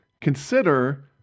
consider